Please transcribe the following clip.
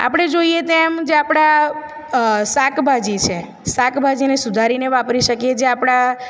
આપણે જોઈએ તો એમ જે આપણા શાકભાજી છે શાકભાજીને સુધારીને વાપરી શકીએ જે આપણા